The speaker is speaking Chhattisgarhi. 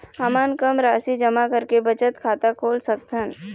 हमन कम राशि जमा करके बचत खाता खोल सकथन?